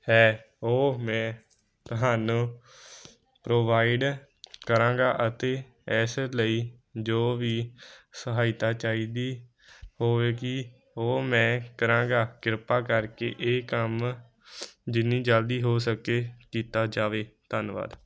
ਹੈ ਉਹ ਮੈਂ ਤੁਹਾਨੂੰ ਪ੍ਰੋਵਾਈਡ ਕਰਾਂਗਾ ਅਤੇ ਇਸ ਲਈ ਜੋ ਵੀ ਸਹਾਇਤਾ ਚਾਹੀਦੀ ਹੋਵੇਗੀ ਉਹ ਮੈਂ ਕਰਾਂਗਾ ਕਿਰਪਾ ਕਰਕੇ ਇਹ ਕੰਮ ਜਿੰਨੀ ਜਲਦੀ ਹੋ ਸਕੇ ਕੀਤਾ ਜਾਵੇ ਧੰਨਵਾਦ